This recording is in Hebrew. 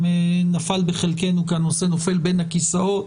נפל בחלקנו כי הנושא נופל בין הכיסאות.